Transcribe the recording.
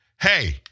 hey